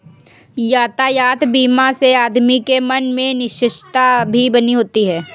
यातायात बीमा से आदमी के मन में निश्चिंतता भी बनी होती है